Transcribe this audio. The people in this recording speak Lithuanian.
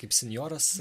kaip senjoras